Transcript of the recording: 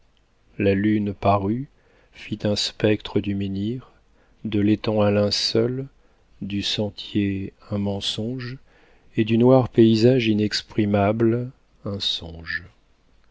la lune parut fit un spectre du menhir de l'étang un linceul du sentier un mensonge et du noir paysage inexprimable un songe